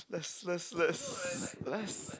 let's let's let's let's